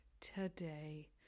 today